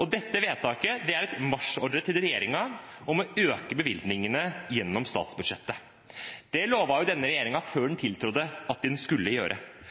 og dette vedtaket er en marsjordre til regjeringen om å øke bevilgningene gjennom statsbudsjettet. Det lovet denne regjeringen, før den tiltrådte, at den skulle gjøre.